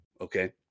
okay